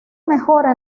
mejora